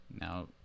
Now